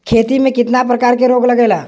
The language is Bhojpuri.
खेती में कितना प्रकार के रोग लगेला?